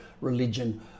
religion